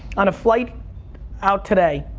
on a flight out today,